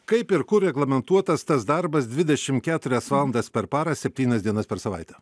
kaip ir kur reglamentuotas tas darbas dvidešim keturias valandas per parą septynias dienas per savaitę